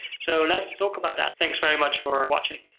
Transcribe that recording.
so let's talk about that. thanks very much for watching.